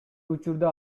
учурда